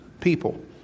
people